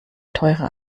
teure